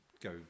go